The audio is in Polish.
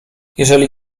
jeżeli